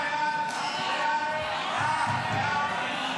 חוק להפסקת פעילות